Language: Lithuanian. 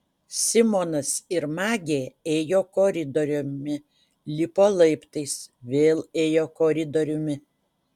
simonas ir magė ėjo koridoriumi lipo laiptais vėl ėjo koridoriumi